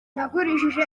nagurishije